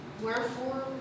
Wherefore